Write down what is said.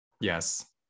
Yes